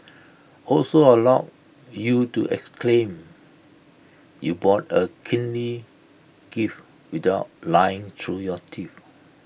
also allows you to exclaim you bought A kingly gift without lying through your teeth